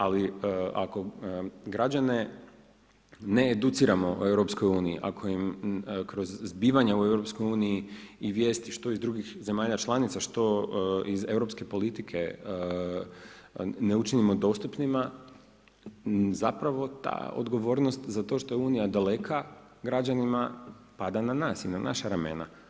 Ali ako građane ne educiramo o EU, ako im kroz zbivanja u EU i vijesti što iz drugih zemalja članica, što iz europske politike ne učinimo dostupnima, zapravo ta odgovornost za to što je unija daleka građanima pada na nas i na naša ramena.